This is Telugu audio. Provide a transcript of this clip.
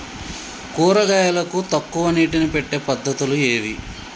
కూరగాయలకు తక్కువ నీటిని పెట్టే పద్దతులు ఏవి?